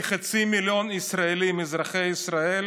כחצי מיליון ישראלים אזרחי ישראל